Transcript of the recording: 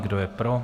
Kdo je pro?